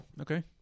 Okay